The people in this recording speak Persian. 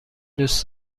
دوست